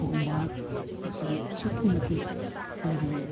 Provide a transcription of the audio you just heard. ꯈꯣꯡꯕ ꯑꯁꯤ ꯑꯁꯨꯛꯀꯤ ꯃꯇꯤꯛ ꯑꯩꯒꯤ